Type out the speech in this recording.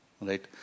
right